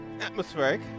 Atmospheric